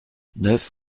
neuf